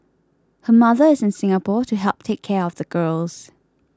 her mother is in Singapore to help take care of the girls